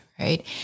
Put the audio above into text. right